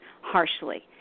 harshly